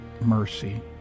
mercy